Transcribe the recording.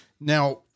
Now